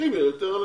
צריכים יותר אנשים.